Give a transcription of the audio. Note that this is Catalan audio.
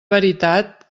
veritat